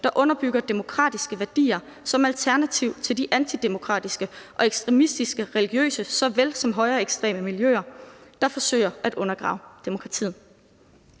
der underbygger demokratiske værdier som alternativ til de antidemokratiske og ekstremistiske religiøse såvel som højreekstreme miljøer, der forsøger at undergrave demokratiet.«